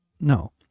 No